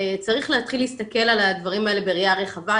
צריך להתחיל ולהסתכל על הדברים האלה בראייה רחבה.